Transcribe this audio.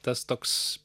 tas toks